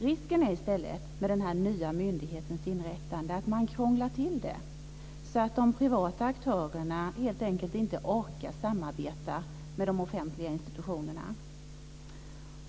Risken med den nya myndighetens inrättande är i stället att man krånglar till det så att de privata aktörerna helt enkelt inte orkar samarbeta med de offentliga institutionerna.